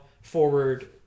forward